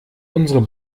unsere